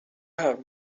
have